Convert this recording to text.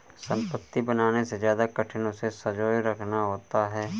संपत्ति बनाने से ज्यादा कठिन उसे संजोए रखना होता है